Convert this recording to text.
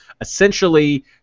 essentially